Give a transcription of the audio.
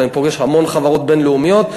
ואני פוגש המון חברות בין-לאומיות,